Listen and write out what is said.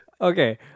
Okay